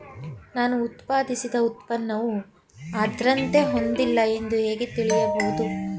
ನಾನು ಉತ್ಪಾದಿಸಿದ ಉತ್ಪನ್ನವು ಆದ್ರತೆ ಹೊಂದಿಲ್ಲ ಎಂದು ಹೇಗೆ ತಿಳಿಯಬಹುದು?